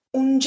un